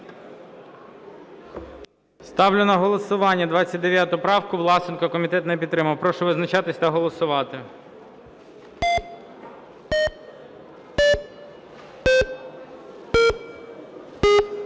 Ставлю на голосування 198 правку. Комітетом не підтримана. Прошу визначатись та голосувати.